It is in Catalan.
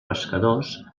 pescadors